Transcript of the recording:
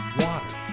water